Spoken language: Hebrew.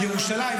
ירושלים,